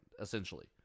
essentially